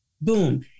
boom